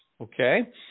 Okay